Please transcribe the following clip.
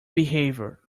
behavior